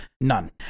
none